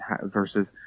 versus